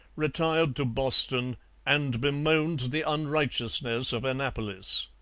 retired to boston and bemoaned the unrighteousness of annapolis.